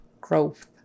growth